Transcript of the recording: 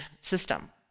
system